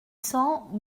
cents